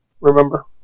remember